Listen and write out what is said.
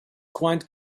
quite